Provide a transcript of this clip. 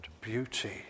beauty